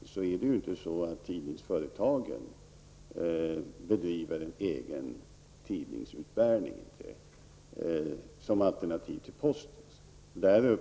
bedriver inte tidningsföretagen någon egen tidningsutbärning som alternativ till postens utbärning.